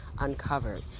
uncovered